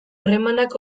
harremanak